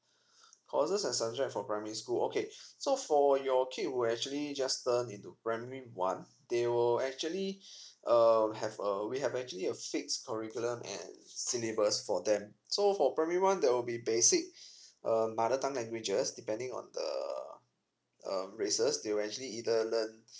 courses and subject for primary school okay so for your kid will actually just turn into primary one they will actually um have a we have actually a fixed curriculum and syllabus for them so for primary one there will be basic uh mother tongue languages depending on the um races they will actually either learn